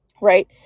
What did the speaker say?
right